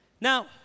Now